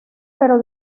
pero